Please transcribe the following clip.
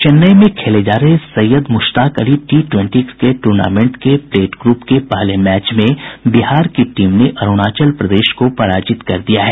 चेन्नई में खेले जा रहे Syed Mushtaq Ali T twenty cricket tournament के प्लेट ग्रप के पहले मैच में बिहार की टीम ने अरुणाचल प्रदेश को पराजित कर दिया है